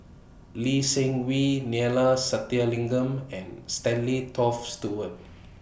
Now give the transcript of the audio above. Lee Seng Wee Neila Sathyalingam and Stanley Toft Stewart